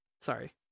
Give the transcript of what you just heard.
sorry